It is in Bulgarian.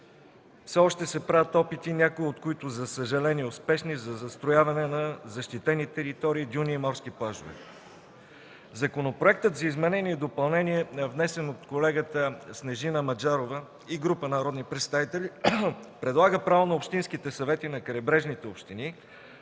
още се правят опити, някои от които, за съжаление, успешни, за застрояване на защитени територии, дюни и морски плажове. Законопроектът за изменение и допълнение, внесен от колегата Снежина Маджарова и група народни представители, предлага право на общинските съвети на крайбрежните общини